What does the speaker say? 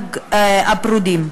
בני-הזוג הפרודים.